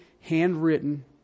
handwritten